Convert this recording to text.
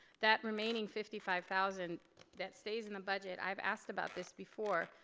that remaining fifty five thousand that stays in the budget, i've asked about this before.